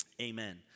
amen